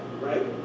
Right